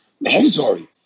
Mandatory